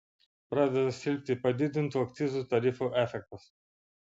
pradeda silpti padidintų akcizų tarifų efektas